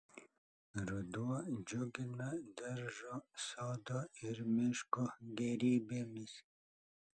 ruduo džiugina daržo sodo ir miško gėrybėmis